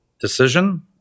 decision